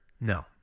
no